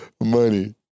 money